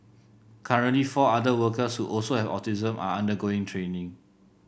currently four other workers who also have autism are undergoing training